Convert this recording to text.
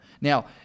Now